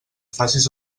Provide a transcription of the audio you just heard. facis